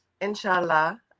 Inshallah